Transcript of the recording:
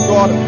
God